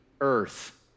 earth